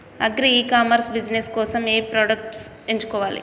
Agri e commerce business కోసము ఏ products ఎంచుకోవాలి?